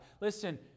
Listen